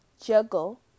juggle